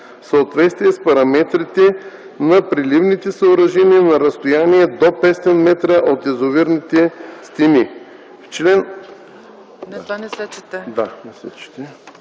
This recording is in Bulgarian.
съответствие с параметрите на преливните съоръжения на разстояние до 500 м от язовирните стени.”